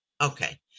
Okay